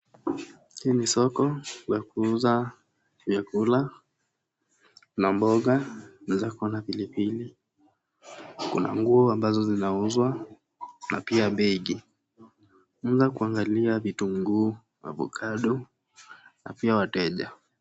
Hii ni sokonla kuuza vyakula na mboga na ziko na pilipili ,kuna nguo ambazo zinauzwa na pia begi, tunaeza kuangalia vitunguu, avokado na pia wateja.